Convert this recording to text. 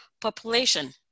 population